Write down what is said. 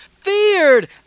feared